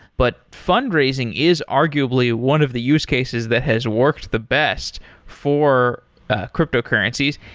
but fundraising is arguably one of the use cases that has worked the best for ah crypto currencies.